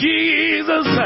Jesus